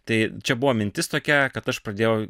tai čia buvo mintis tokia kad aš pradėjau